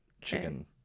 chicken